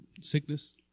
sickness